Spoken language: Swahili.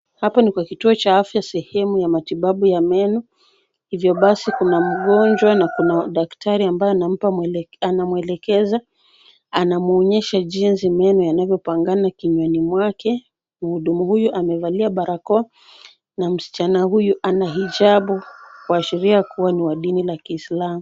Hapo ni kwa kituo cha afya sehemu ya matibabu ya meno, hivyo basi kuna mgonjwa na kuna daktari ambaye anamwelekeza, anamuonyesha jinsi meno yanavyopangana kinywani mwake. Mhudumu huyu amevalia barakoa na msichana huyu ana hijabu kuashiria kuwa ni wa dini la kiislamu.